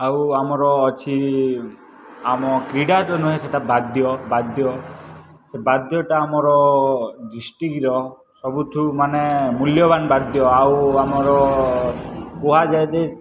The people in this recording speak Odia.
ଆଉ ଆମର ଅଛି ଆମ କ୍ରୀଡ଼ା ତ ନୁହେଁ ସେଇଟା ବାଦ୍ୟ ବାଦ୍ୟ ବାଦ୍ୟଟା ଆମର ଡିଷ୍ଟିକ୍ର ସବୁଠୁ ମାନେ ମୂଲ୍ୟବାନ ବାଦ୍ୟ ଆଉ ଆମର କୁହାଯାଏ ଯେ